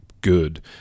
good